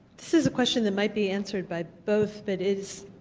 this is a question that might be answered by both, but it's